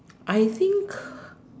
I think